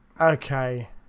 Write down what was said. Okay